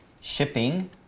shipping